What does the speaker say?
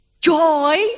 Joy